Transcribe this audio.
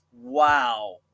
Wow